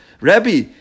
Rabbi